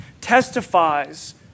testifies